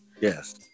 Yes